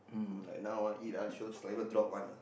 um like now ah eat ah sure saliva drop [one] ah